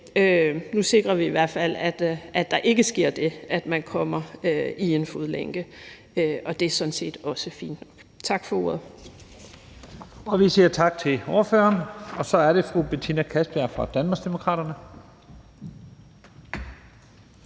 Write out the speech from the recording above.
nu sikrer vi i hvert fald, at der ikke sker det, at man kommer i en fodlænke, og det er sådan set også fint nok. Tak for ordet. Kl. 12:39 Første næstformand (Leif Lahn Jensen): Vi siger tak til ordføreren. Og så er det fru Betina Kastbjerg fra Danmarksdemokraterne.